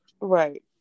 right